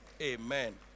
Amen